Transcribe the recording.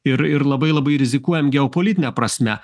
ir ir labai labai rizikuojam geopolitine prasme